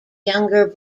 younger